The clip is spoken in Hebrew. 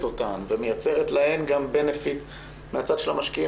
אותן ומייצרת להן גם בנפיט מהצד של המשקיעים,